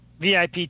VIP